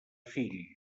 fill